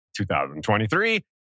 2023